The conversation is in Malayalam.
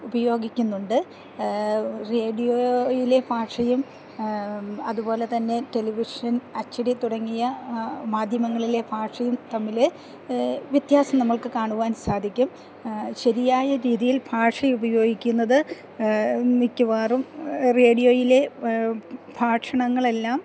ഉപയോഗിക്കുന്നുണ്ട് റേഡിയോയിലെ ഭാഷയും അതുപോലെ തന്നെ ടെലിവിഷൻ അച്ചടി തുടങ്ങിയ മാധ്യമങ്ങളിലെ ഭാഷയും തമ്മില് വ്യത്യാസം നമ്മൾക്ക് കാണുവാൻ സാധിക്കും ശെരിയായ രീതിയിൽ ഭാഷയുപയോഗിക്കുന്നത് മിക്കവാറും റേഡിയോയിലെ ഭാഷണങ്ങളെല്ലാം